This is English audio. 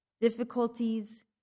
difficulties